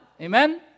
Amen